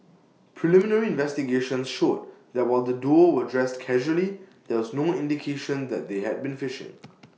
preliminary investigations showed that while the duo were dressed casually there was no indication that they had been fishing